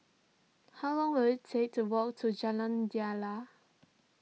how long will it take to walk to Jalan Daliah